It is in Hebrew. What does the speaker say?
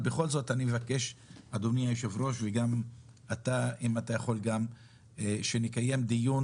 בכל זאת אני מבקש אדוני היושב ראש וגם אתה אם אתה יכול גם שנקיים דיון